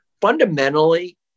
Fundamentally